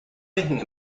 thinking